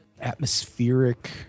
atmospheric